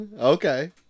Okay